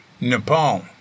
Nepal